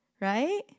right